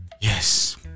Yes